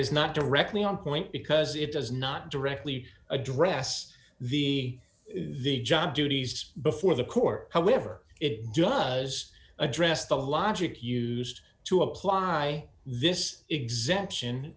is not directly on point because it does not directly address the the job duties before the court however it does address the logic used to apply this exemption